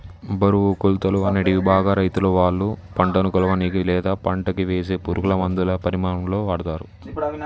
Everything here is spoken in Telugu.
బరువు, కొలతలు, అనేటివి బాగా రైతులువాళ్ళ పంటను కొలవనీకి, లేదా పంటకివేసే పురుగులమందుల పరిమాణాలలో వాడతరు